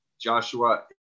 Joshua